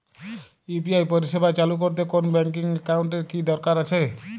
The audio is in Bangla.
ইউ.পি.আই পরিষেবা চালু করতে কোন ব্যকিং একাউন্ট এর কি দরকার আছে?